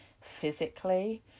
physically